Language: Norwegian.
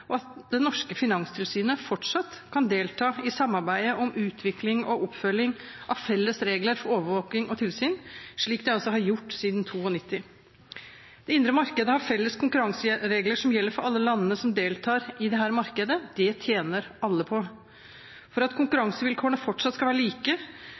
og at det norske finanstilsynet fortsatt kan delta i samarbeidet om utvikling og oppfølging av felles regler for overvåking og tilsyn, slik det altså har gjort siden 1992. Det indre markedet har felles konkurranseregler, som gjelder for alle landene som deltar i dette markedet. Det tjener alle på. For at